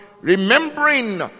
remembering